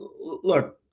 look